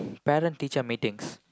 parent teacher meetings